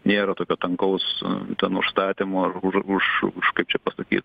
nėra tokio tankaus ten užstatymo ar už už kaip čia pasakyt